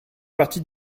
partie